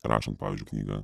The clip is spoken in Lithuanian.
rašant pavyzdžiui knygą